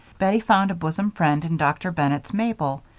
bettie found a bosom friend in dr. bennett's mabel,